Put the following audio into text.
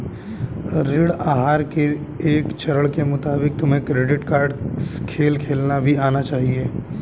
ऋण आहार के एक चरण के मुताबिक तुम्हें क्रेडिट कार्ड खेल खेलना भी आना चाहिए